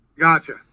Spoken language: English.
Gotcha